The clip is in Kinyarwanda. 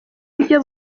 icyo